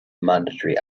mandatory